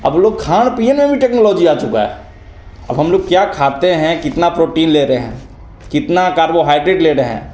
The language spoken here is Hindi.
हम लोग खाद्य में भी टेक्नोलॉजी आ चूकी है अब हम लोग क्या खाते हैं कितना प्रोटीन ले रहे हैं कितना कार्बोहाईड्रेड ले रहे हैं